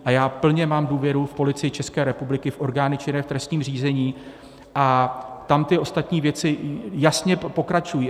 Já mám plně důvěru v Policii České republiky, v orgány činné v trestním řízení a tam ty ostatní věci jasně pokračují.